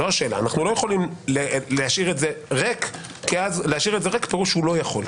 לא יכולים להשאיר את זה ריק כי אז פירוש שהוא לא יכול.